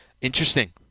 Interesting